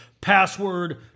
password